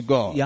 God